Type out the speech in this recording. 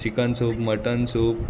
chicken soup mutton soup